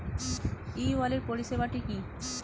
ই wallet পরিষেবাটি কি?